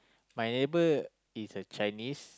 my neighbor is a Chinese